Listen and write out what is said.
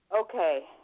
Okay